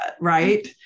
right